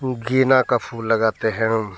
गेंदे का फूल लगाते हैं